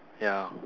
ya